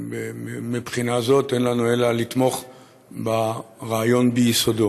ומבחינה זאת אין לנו אלא לתמוך ברעיון ביסודו.